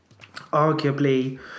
arguably